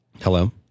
Hello